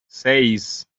seis